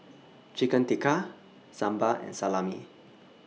Chicken Tikka Sambar and Salami